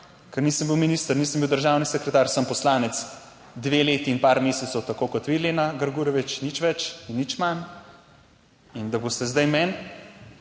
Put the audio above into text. ker nisem bil minister, nisem bil državni sekretar, sem poslanec dve leti in par mesecev, tako kot vi, Lena Grgurevič, nič več in nič manj. In da boste zdaj meni